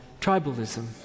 tribalism